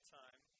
time